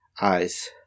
eyes